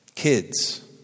Kids